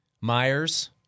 Myers